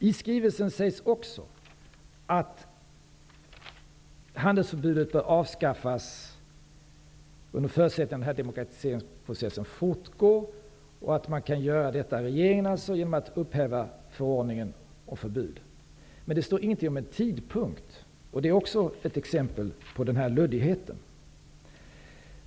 I skrivelsen sägs också att handelsförbudet bör avskaffas under förutsättning att demokratiseringsprocessen fortgår och att man kan göra detta i regeringen genom att upphäva förordningen och förbudet. Men det står ingenting om en tidpunkt, och det är också ett exempel på luddigheten.